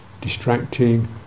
distracting